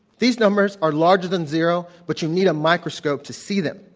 these numbers are larger than zero, but you need a microscope to see them.